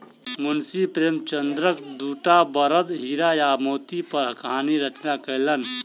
मुंशी प्रेमचंदक दूटा बड़द हीरा आ मोती पर कहानी रचना कयलैन